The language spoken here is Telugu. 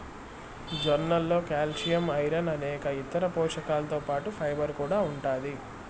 జొన్నలలో కాల్షియం, ఐరన్ అనేక ఇతర పోషకాలతో పాటు ఫైబర్ కూడా ఉంటాది